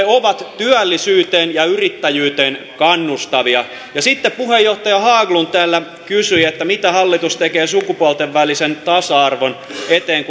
ovat työllisyyteen ja yrittäjyyteen kannustavia ja sitten puheenjohtaja haglund täällä kysyi mitä hallitus tekee sukupuolten välisen tasa arvon eteen